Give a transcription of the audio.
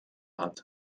hat